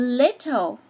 little